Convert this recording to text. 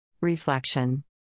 Reflection